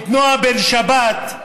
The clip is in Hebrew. את נועה בן שבת,